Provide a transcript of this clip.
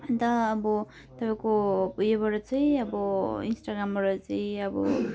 अन्त अब तपाईँको उयोबाट चाहिँ अब इन्स्टाग्रामबाट चाहिँ अब